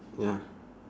ya